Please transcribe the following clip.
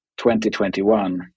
2021